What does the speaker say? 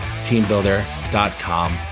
teambuilder.com